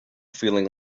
feeling